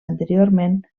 anteriorment